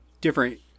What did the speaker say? different